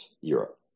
Europe